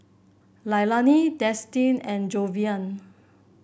Leilani Destin and Jayvion